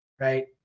right